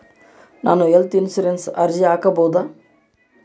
ನಾನು ಹೆಲ್ತ್ ಇನ್ಶೂರೆನ್ಸಿಗೆ ಅರ್ಜಿ ಹಾಕಬಹುದಾ?